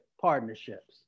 partnerships